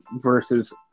versus